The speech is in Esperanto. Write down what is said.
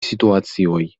situacioj